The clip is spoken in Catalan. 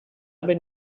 ben